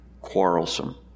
quarrelsome